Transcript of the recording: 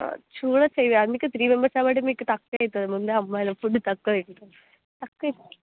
చూడచ్చు ఇక అందుకే త్రీ మెంబర్స్ కాబట్టి మీకు తక్కువ అవుతుంది ముందే అమ్మాయిలు ఫుడ్ తక్కువ తింటాం తక్కువ ఇస్తాం